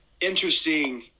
interesting